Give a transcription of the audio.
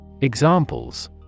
Examples